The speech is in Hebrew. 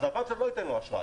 אז הבנק לא ייתן לו אשראי.